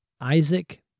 Isaac